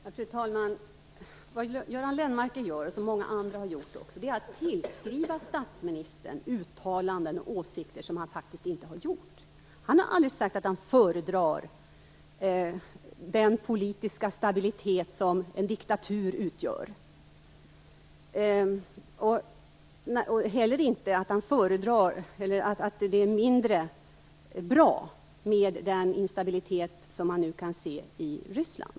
Fru talman! Vad Göran Lennmarker nu gör, och som många andra har gjort, är att tillskriva statsministern uttalanden som han inte har gjort och åsikter som han inte har. Han har aldrig sagt att han föredrar den politiska stabilitet som en diktatur utgör och heller inte att det är mindre bra med den instabilitet som man nu kan se i Ryssland.